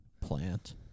plant